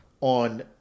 on